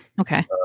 Okay